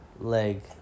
leg